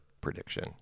Prediction